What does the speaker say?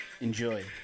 enjoy